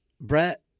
Brett